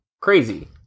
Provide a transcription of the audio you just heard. crazy